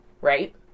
Right